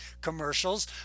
commercials